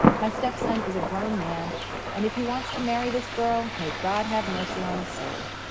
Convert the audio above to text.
my stepson is a grown man and if he wants to marry this girl, may god have mercy on his soul.